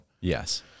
Yes